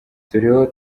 turiho